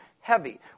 heavy